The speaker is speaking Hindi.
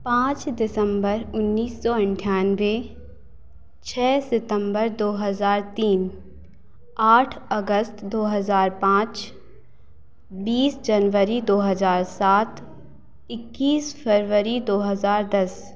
पाँच दिसम्बर उन्नीस सौ अठानवें छः सितम्बर दो हज़ार तीन आठ अगस्त दो हज़ार पाँच बीस जनवरी दो हज़ार सात इक्कीस फरवरी दो हज़ार दस